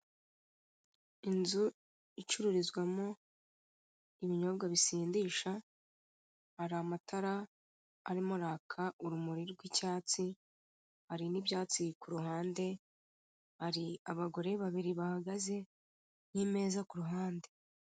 Inzu icururizwamo ibinyobwa bisindisha, hari amatara arimo araka urumuri rw'icyatsi, hari n'ibyatsi ku ruhande, hari abagore babiri bahagaze n'imeza ku ruhande.